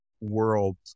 world